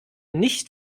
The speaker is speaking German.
nicht